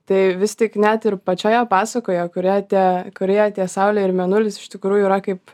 tai vis tik net ir pačioje pasakoje kurie tie kurie tie saulė ir mėnulis iš tikrųjų yra kaip